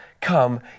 come